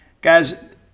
guys